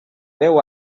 veu